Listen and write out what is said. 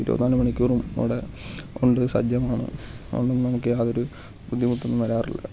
ഇരുപത്തി നാലു മണിക്കൂറും അവിടെ ഉണ്ട് സജ്ജമാണ് അതുകൊണ്ട് നമുക്ക് യാതൊരു ബുദ്ധിമുട്ടും വരാറില്ല